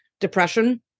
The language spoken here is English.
depression